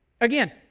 Again